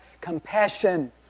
compassion